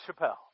Chappelle